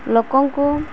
ଲୋକଙ୍କୁ